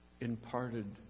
imparted